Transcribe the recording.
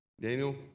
Daniel